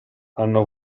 hanno